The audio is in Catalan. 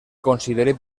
consideri